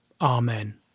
Amen